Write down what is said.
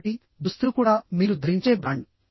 కాబట్టి దుస్తులు కూడా మీరు ధరించే బ్రాండ్